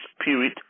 Spirit